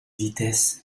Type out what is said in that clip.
vitesse